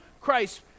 Christ